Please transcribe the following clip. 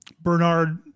Bernard